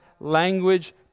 language